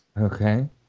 Okay